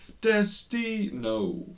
Destino